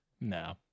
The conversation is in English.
No